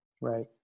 Right